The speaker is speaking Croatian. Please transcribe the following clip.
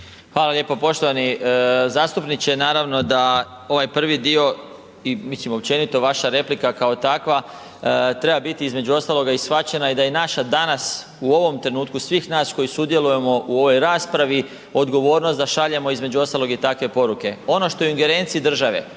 Hvala lijepo. Poštovani zastupniče, naravno da ovaj prvi dio i mislim općenito vaša replika kao takva biti između ostaloga i shvaćena da i naša danas u ovom trenutku svih nas koji sudjelujemo u ovoj raspravi, odgovornost da šaljemo između ostalog i takve poruke. Ono što je u ingerenciji države,